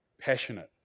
Passionate